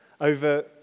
Over